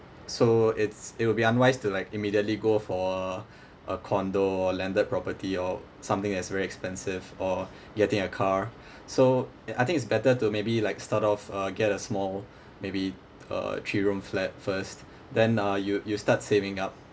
so it's it will be unwise to like immediately go for a condo or landed property or something as very expensive or getting a car so I think it's better to maybe like start off uh get a small maybe uh three room flat first then uh you you start saving up